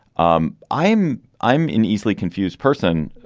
um i'm i'm in easily confused person.